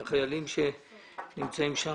עם החיילים שנמצאים שם.